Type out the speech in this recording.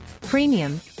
premium